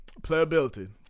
Playability